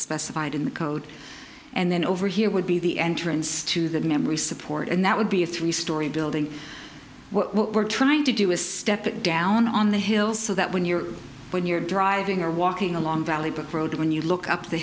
specified in the code and then over here would be the entrance to that memory support and that would be a three story building what we're trying to do is step it down on the hill so that when you're when you're driving or walking along valley book road when you look up the